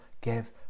give